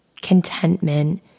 contentment